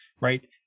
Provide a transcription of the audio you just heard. right